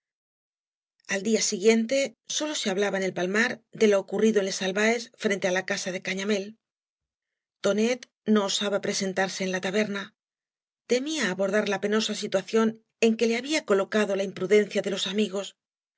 al día siguiente sólo se hablaba en el palmar de lo ocurrido en les albaes frente á la casa de cañamél tonet no osaba presentarse en la taberna temía abordar la penosa situación en que le había colocado la imprudencia de los amigos